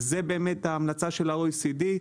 זו ההמלצה של ה-OECD.